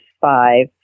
five